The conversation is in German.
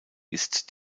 ist